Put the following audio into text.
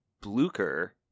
Blucher